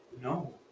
No